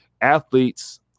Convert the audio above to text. athletes